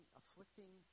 afflicting